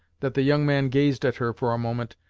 that the young man gazed at her, for a moment,